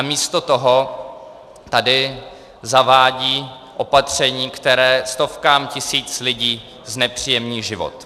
Místo toho tady zavádí opatření, které stovkám tisíc lidí znepříjemní život.